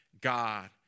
God